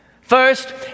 First